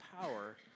power